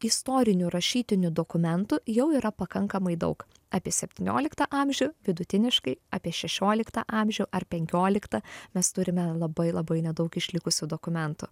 istorinių rašytinių dokumentų jau yra pakankamai daug apie septynioliktą amžių vidutiniškai apie šešioliktą amžių ar penkioliktą mes turime labai labai nedaug išlikusių dokumentų